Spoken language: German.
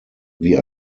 wie